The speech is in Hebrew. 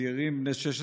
צעירים בני 16,